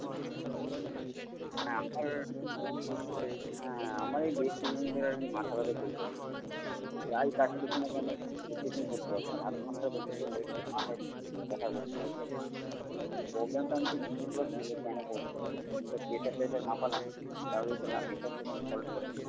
আচ্ছা হ্যাঁ আমার হ্যাঁ আমার এই বেশ কিছুদিন ধরে আর কি মাথাব্যথা চলছে আর কি যাই কাজ করছি না কেন এই বেশিক্ষণ করতে পারছি না আধ ঘন্টার বেশি করলে খুব মাথায় ব্যথা করছে প্রবলেমটা আমি ঠিক বুঝতে পারছি না যে কেন করছে আমি তো প্রেশার টেশার মাপালাম তারপর দেখছি না প্রেশার তো কোনো ফল্ট করেনি